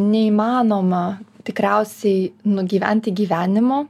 neįmanoma tikriausiai nugyventi gyvenimo